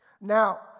Now